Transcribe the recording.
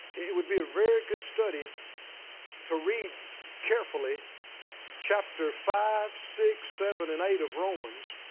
it would be a very good study to read carefully chapter five, six, seven, and eight of romans